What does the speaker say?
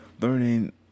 learning